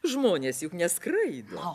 žmonės juk neskraido